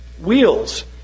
wheels